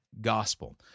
gospel